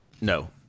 no